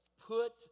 Put